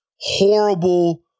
horrible